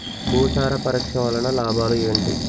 భూసార పరీక్ష వలన లాభాలు ఏంటి?